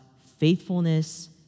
faithfulness